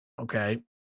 Okay